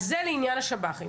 אז זה לעניין השב"חים.